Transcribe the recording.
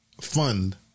fund